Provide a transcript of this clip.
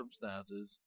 circumstances